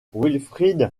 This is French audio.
wilfried